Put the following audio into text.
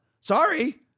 Sorry